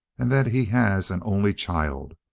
and that he has an only child,